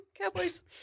cowboys